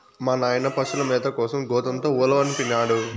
మా నాయన పశుల మేత కోసం గోతంతో ఉలవనిపినాడు